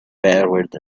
forward